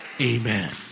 Amen